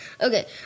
Okay